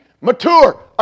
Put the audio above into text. mature